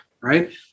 right